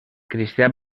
cristià